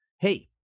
Hey